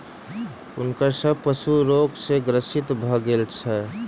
हुनकर सभ पशु रोग सॅ ग्रसित भ गेल छल